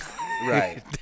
Right